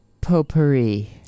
potpourri